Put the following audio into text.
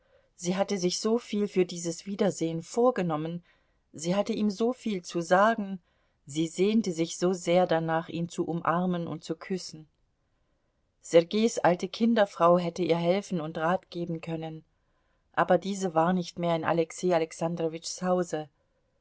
sie hatte sich so viel für dieses wiedersehen vorgenommen sie hatte ihm so viel zu sagen sie sehnte sich so sehr danach ihn zu umarmen und zu küssen sergeis alte kinderfrau hätte ihr helfen und rat geben können aber diese war nicht mehr in alexei alexandrowitschs hause